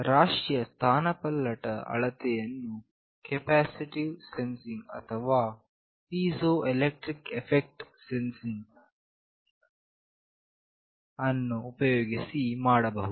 ರಾಶಿಯ ಸ್ಥಾನಪಲ್ಲಟದ ಅಳತೆಯನ್ನು ಕೆಪಾಸಿಟಿವ್ ಸೆನ್ಸಿಂಗ್ ಅಥವಾ ಪೀಝೊ ಎಲೆಕ್ಟ್ರಿಕ್ ಎಫೆಕ್ಟ್ ಸೆನ್ಸಿಂಗ್ ಅನ್ನು ಉಪಯೋಗಿಸಿ ಮಾಡಬಹುದು